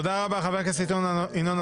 תודה רבה, חבר הכנסת ינון אזולאי.